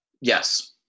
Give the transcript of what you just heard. Yes